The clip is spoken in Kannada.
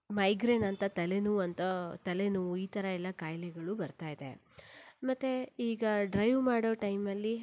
ಮೈಗ್ರೇನ್ ಅಂತ ತಲೆ ನೋವಂತ ತಲೆನೋವು ಈ ಥರ ಎಲ್ಲ ಕಾಯಿಲೆಗಳೂ ಬರ್ತಾ ಇದೆ ಮತ್ತೆ ಈಗ ಡ್ರೈವ್ ಮಾಡೋ ಟೈಮಲ್ಲಿ